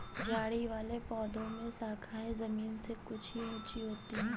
झाड़ी वाले पौधों में शाखाएँ जमीन से कुछ ही ऊँची होती है